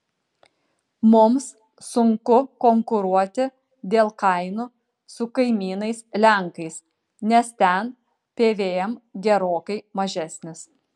mums sunku konkuruoti dėl kainų su kaimynais lenkais nes ten pvm gerokai mažesnis